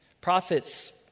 Prophets